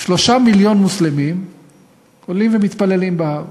3 מיליון מוסלמים עולים ומתפללים בהר,